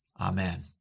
Amen